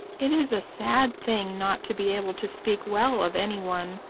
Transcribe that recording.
it is a sad thing not to be able to speak well of any one,